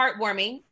heartwarming